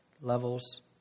levels